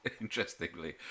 Interestingly